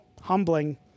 humbling